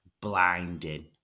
blinding